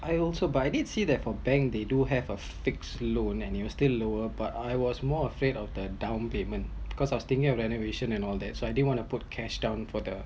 I also but I did see that for bank they do have a fix loan and it still lower but I was more afraid of the down payment because I was thinking of renovation and all that so I didn't want to put cash down for the